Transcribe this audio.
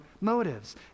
motives